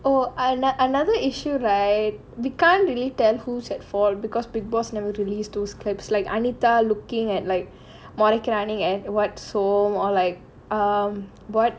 oh I like another issue right we can't really tell who's at fault because bigg boss never release those clips like anita looking at like முறைக்குறானு:muraikkuraanu is like anita looking at like monica running at what so or like [what]